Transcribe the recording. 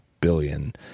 billion